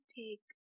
take